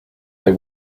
they